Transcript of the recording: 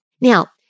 Now